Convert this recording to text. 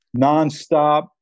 nonstop